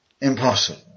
impossible